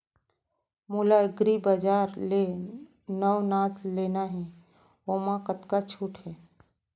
मोला एग्रीबजार ले नवनास लेना हे ओमा कतका छूट हे?